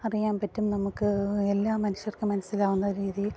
അറിയാൻ പറ്റും നമുക്ക് എല്ലാ മനുഷ്യർക്കും മനസ്സിലാവുന്ന ഒരു രീതിയിൽ